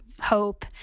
hope